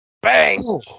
Bang